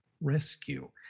rescue